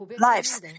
lives